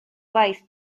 gwaith